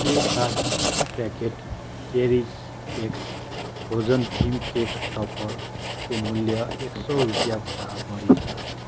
के पाँच packet cherries x frozen theme cake टपरको मूल्य एक सौ रुपियाँ भन्दा बढी छ